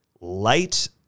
light